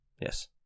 Yes